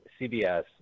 CBS